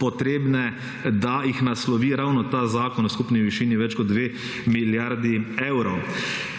potrebne, da jih naslovi ravno ta zakon v skupni višini več kot dve milijardi evrov.